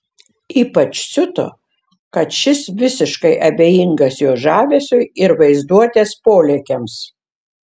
ypač siuto kad šis visiškai abejingas jo žavesiui ir vaizduotės polėkiams